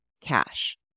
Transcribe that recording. cash